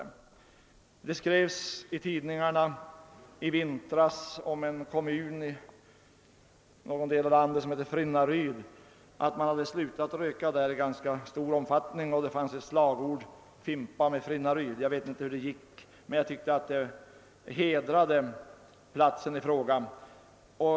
Det skrevs i tidningarna i vintras om en kommun som heter Frinnaryd, där man slutat röka i ganska stor utsträckning. Det uppstod ett slagord: »Fimpa med Frinnaryd.« Jag vet inte hur det gick men tycker att det hedrar platsen i fråga.